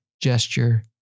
Gesture